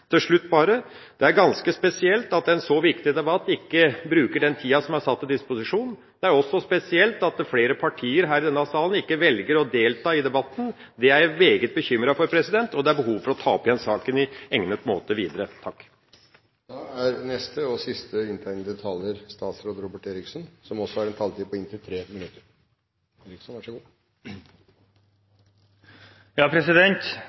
Til slutt vil jeg si at det er ganske spesielt at en i en så viktig debatt ikke bruker den tida som er gitt til disposisjon. Det er også spesielt at ikke flere partier her i denne salen velger å delta i debatten. Det gjør meg meget bekymret, og det er behov for å ta opp saken på egnet måte videre. Dette er, som representanten Lundteigen sier, en viktig debatt, og man kunne gjerne ha ønsket at det hadde vært en